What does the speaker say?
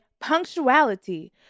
punctuality